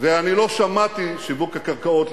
ולא שמעתי, על שיווק הקרקעות.